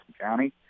County